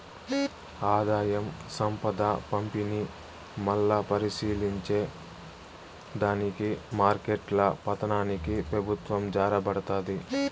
ఆదాయం, సంపద పంపిణీ, మల్లా పరిశీలించే దానికి మార్కెట్ల పతనానికి పెబుత్వం జారబడతాది